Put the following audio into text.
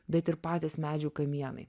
bet ir patys medžių kamienai